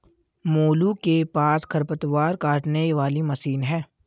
मोलू के पास खरपतवार काटने वाली मशीन है